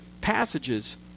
passages